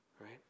right